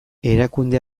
erakunde